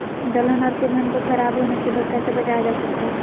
दलहन और तिलहन को खराब होने से कैसे बचाया जा सकता है?